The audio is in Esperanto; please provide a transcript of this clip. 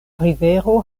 rivero